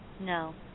No